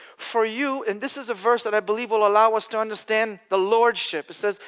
for you. and this is a verse that i believe will allow us to understand the lordship, it says,